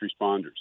responders